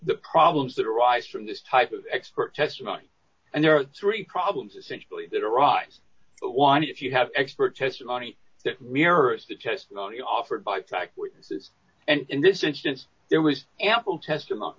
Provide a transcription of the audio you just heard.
the problems that arise from this type of expert testimony and there are three problems essentially that arise but one if you have expert testimony that mirrors the testimony offered by fact witnesses and in this instance there was ample testimony